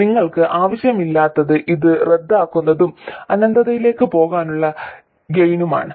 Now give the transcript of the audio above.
അതിനാൽ നിങ്ങൾക്ക് ആവശ്യമില്ലാത്തത് ഇത് റദ്ദാക്കുന്നതും അനന്തതയിലേക്ക് പോകാനുള്ള ഗെയിനുമാണ്